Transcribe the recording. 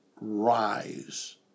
rise